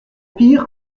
pire